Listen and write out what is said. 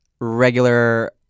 regular